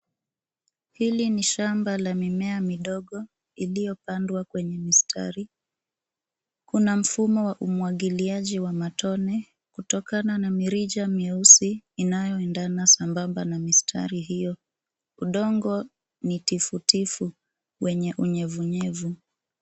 Hili ni shamba la mimea midogo iliyopandwa kweye mistari. Kuna mfumo wa umwagiliaji wa matone kutokana na mirija mieusi inayoendana sambamba na mistari hiyo. Udongo ni tifutifu wenye unyevunyevu.